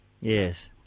Yes